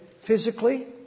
physically